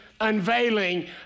unveiling